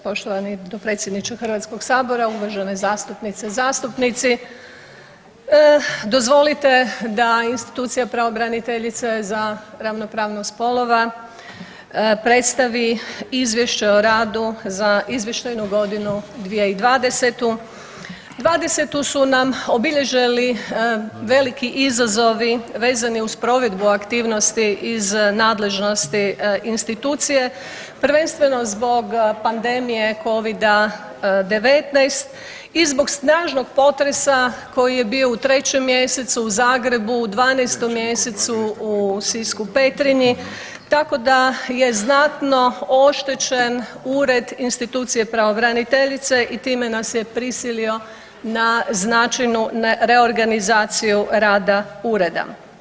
Poštovani dopredsjedniče Hrvatskog sabora, uvažene zastupnice, zastupnici dozvolite da institucija pravobraniteljice za ravnopravnost spolova predstavi Izvješće o radu za izvještajnu godinu 2020. '20. su nam obilježili veliki izazovi vezani uz provedbu aktivnosti iz nadležnosti institucije prvenstveno zbog pandemije Covida-19 i zbog snažnog potresa koji je bio u 3. mjesecu u Zagrebu, u 12. mjesecu u Sisku, Petrinji tako da je znatno oštećen ured institucije pravobraniteljice i time nas je prisilio na značajnu reorganizaciju rada ureda.